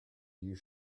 you